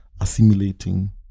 assimilating